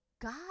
God